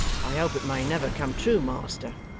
i hope it may never come true, master